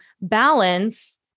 balance